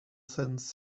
sends